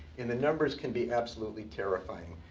and the numbers can be absolutely terrifying.